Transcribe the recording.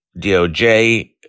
DOJ